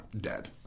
dead